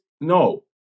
No